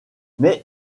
mais